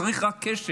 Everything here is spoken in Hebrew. צריך רק קשב.